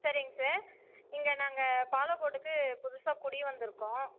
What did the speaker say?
சரிங்கா sir இங்கே நாங்கள் பாலக்கோடுக்கு புதுசாக குடி வந்துருக்கோம்